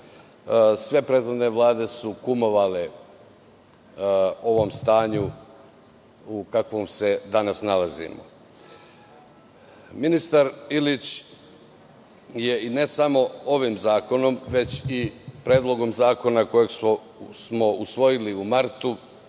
sve prethodne vlade su kumovale ovom stanju u kakvom se danas nalazimo. Ministar Ilić je ne samo ovim zakonom, već i predlogom zakona koji smo usvojili u martu,